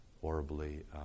horribly